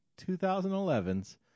2011's